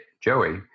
Joey